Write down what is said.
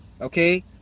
okay